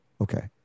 Okay